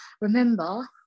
Remember